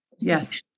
Yes